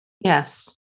Yes